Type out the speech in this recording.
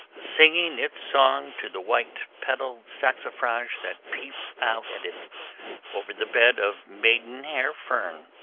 singing its song to the white-petaled saxifrage that peeps out at it over the bed of maidenhair fern,